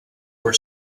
were